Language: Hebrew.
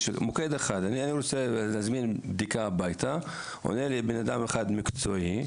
אני רוצה להזמין בדיקה הביתה עונה לי אדם אחד מקצועי,